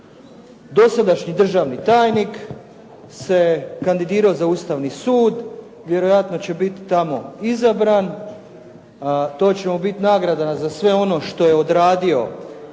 Dosadašnji državni tajnik se kandidirao za Ustavni sud, vjerojatno će biti tamo izabran. To će mu biti nagrada za sve ono što je odradio